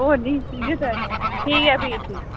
होर नीं इ'यै त्रैऽ चार ठीक ऐ फ्ही ठीक ऐ